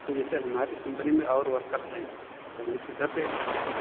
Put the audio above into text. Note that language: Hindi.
के जैसे हमारी कम्पनी में और वर्कर हैं पहले सिखाते हैं